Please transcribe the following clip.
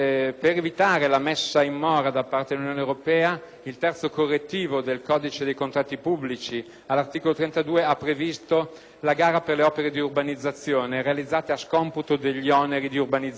il terzo correttivo del codice dei contratti pubblici ha previsto all'articolo 32 la gara per le opere di urbanizzazione, realizzata a scomputo degli oneri di urbanizzazione, nei casi di rilascio del permesso di costruire.